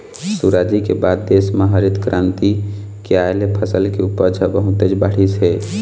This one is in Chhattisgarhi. सुराजी के बाद देश म हरित करांति के आए ले फसल के उपज ह बहुतेच बाढ़िस हे